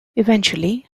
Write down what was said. eventually